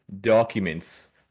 documents